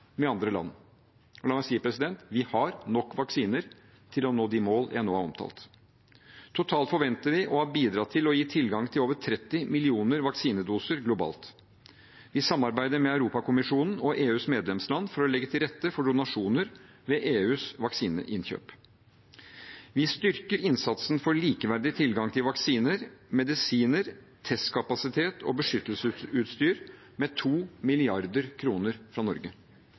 med andre land. Og la meg si: Vi har nok vaksiner til å nå de mål jeg nå har omtalt. Totalt forventer vi å ha bidratt til å gi tilgang til over 30 millioner vaksinedoser globalt. Vi samarbeider med Europakommisjonen og EUs medlemsland for å legge til rette for donasjoner ved EUs vaksineinnkjøp. Vi styrker innsatsen for likeverdig tilgang til vaksiner, medisiner, testkapasitet og beskyttelsesutstyr med 2 mrd. kr fra Norge.